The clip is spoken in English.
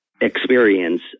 experience